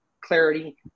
clarity